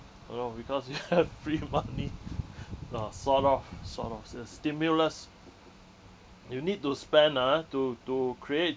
you know because you have free money uh sort of sort of si~ stimulus you need to spend ah to to create